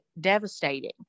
devastating